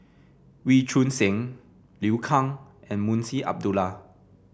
Wee Choon Seng Liu Kang and Munshi Abdullah